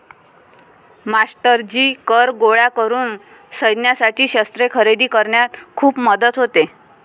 मास्टरजी कर गोळा करून सैन्यासाठी शस्त्रे खरेदी करण्यात खूप मदत होते